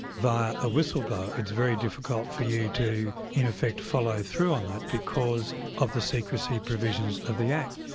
via a whistleblower, it's very difficult for you to in effect follow through on that because of the secrecy provisions of the act.